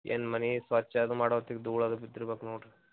ಏನು ಮನೆ ಸ್ವಚ್ಛದು ಮಾಡ್ವತಿಗ ಧೂಳದು ಬಿದ್ದಿರ್ಬೇಕು ನೋಡ್ರಿ